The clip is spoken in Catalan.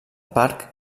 parc